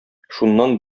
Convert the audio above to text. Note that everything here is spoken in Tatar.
шуннан